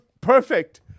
perfect